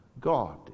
God